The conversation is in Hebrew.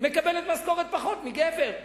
מקבלת משכורת נמוכה משל גבר.